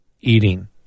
eating